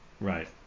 Right